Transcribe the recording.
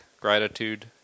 gratitude